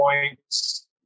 points